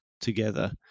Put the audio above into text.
together